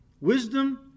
Wisdom